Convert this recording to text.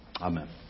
Amen